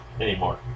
Anymore